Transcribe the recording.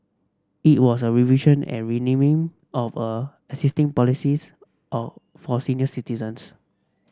it was a revision and renaming of a existing policies of for senior citizens